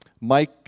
Mike